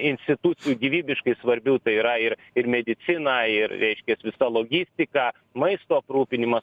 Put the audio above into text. institucijų gyvybiškai svarbių tai yra ir ir medicina ir reiškia visa logistika maisto aprūpinimas